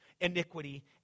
iniquity